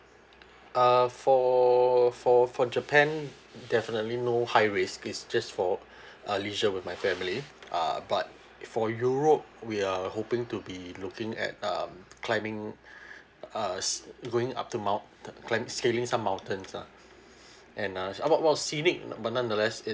uh for for for japan definitely no high risk it's just for uh leisure with my family err but for europe we are hoping to be looking at um climbing uh see going up to mount climb scaling some mountains lah and uh well well scenic but nonetheless it's